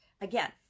Again